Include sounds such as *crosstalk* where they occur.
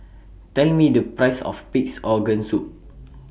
Tell Me The Price of Pig'S Organ Soup *noise*